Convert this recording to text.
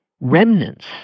remnants